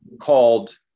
called